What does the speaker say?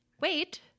wait